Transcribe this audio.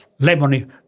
lemony